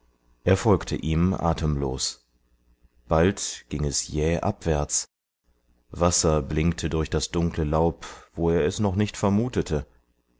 er folgte ihm atemlos bald ging es jäh abwärts wasser blinkte durch das dunkle laub wo er es noch nicht vermutete